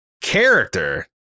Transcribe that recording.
character